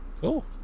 Cool